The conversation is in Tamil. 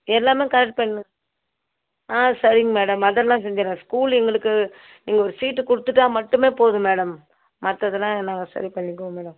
எல்லாமே கரெக்ட் பண்ணு ஆ சரிங்க மேடம் அதெல்லாம் செஞ்சுர்றேன் ஸ்கூல் எங்களுக்கு நீங்கள் ஒரு சீட்டு கொடுத்துட்டா மட்டுமே போதும் மேடம் மற்றதெல்லாம் நாங்கள் சரி பண்ணிக்குவோம் மேடம்